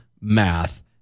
math